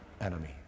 enemy